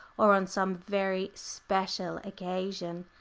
or on some very special occasion.